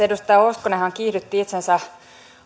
edustaja hoskonenhan kiihdytti itsensä